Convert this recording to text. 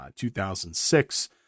2006